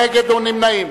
נגד או נמנעים.